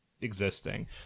existing